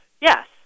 yes